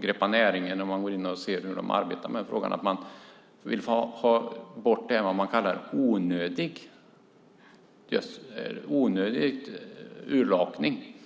Greppa Näringen har varit bra i arbetet med frågan. Man vill ha bort onödig urlakning.